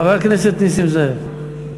חבר הכנסת נסים זאב.